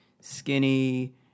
skinny